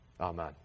Amen